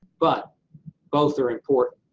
but both are important.